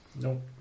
Nope